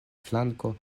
flanko